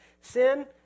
Sin